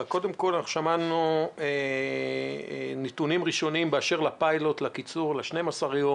שמענו נתונים ראשוניים באשר לקיצור הבידוד ל-12 יום,